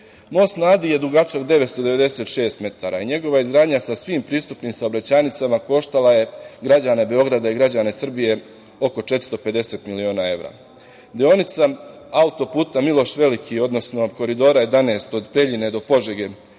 Most na Adi je dugačak 996 metara i njegova izgradnja sa svim pristupnim saobraćajnicama koštala je građane Beograda i građane Srbije oko 450 miliona evra. Deonica auto-puta Miloš Veliki, odnosno Koridora 11 od Preljine do Požege